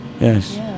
yes